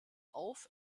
auf